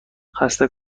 خسته